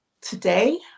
today